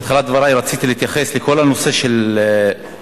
בתחילת דברי רציתי להתייחס לכל הנושא של הפערים,